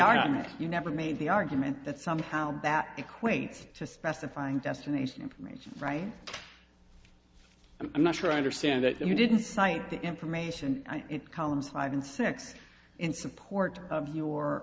argument you never made the argument that somehow that equates to specifying destination information frank i'm not sure i understand that you didn't cite the information in columns five and six in support of your